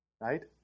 Right